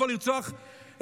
ולא אמרתי לרצוח ילדים.